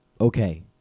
okay